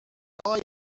guys